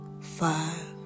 five